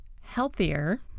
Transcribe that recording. healthier